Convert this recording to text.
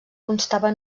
constava